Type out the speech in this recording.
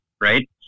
right